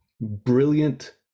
brilliant